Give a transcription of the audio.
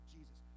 Jesus